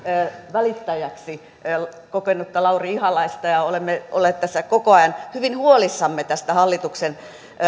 välittäjäksi kokenutta lauri ihalaista ja olemme olleet koko ajan hyvin huolissamme tästä hallituksen